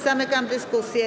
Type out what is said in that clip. Zamykam dyskusję.